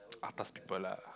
atas people lah